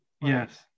Yes